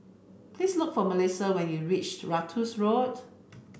please look for Melissia when you reach Ratus Road